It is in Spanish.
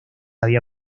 había